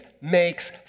makes